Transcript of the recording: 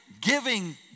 giving